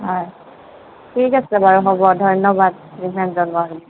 হয় ঠিক আছে বাৰু হ'ব ধন্যবাদ ইমান জনোৱাৰ বাবে